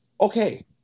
Okay